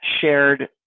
shared